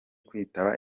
kwitaba